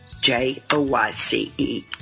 J-O-Y-C-E